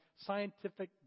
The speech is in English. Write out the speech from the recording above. scientific